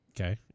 okay